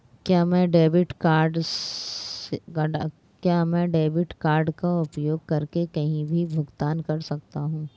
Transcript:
क्या मैं debit card का उपयोग करके कहीं भी भुगतान कर सकता हूं?